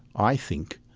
i think,